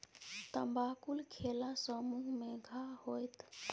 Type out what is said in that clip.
तमाकुल खेला सँ मुँह मे घाह होएत